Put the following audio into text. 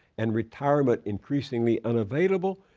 and retirement increasingly unavailable,